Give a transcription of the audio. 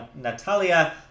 Natalia